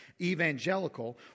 evangelical